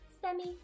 semi